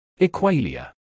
Equalia